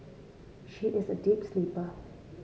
she is a deep sleeper